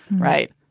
right